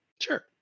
Sure